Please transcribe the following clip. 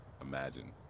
imagine